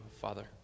Father